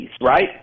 right